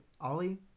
Ollie